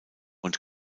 und